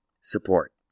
support